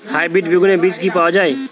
Hybrid বেগুনের বীজ কি পাওয়া য়ায়?